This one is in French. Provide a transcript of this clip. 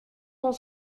dans